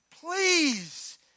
Please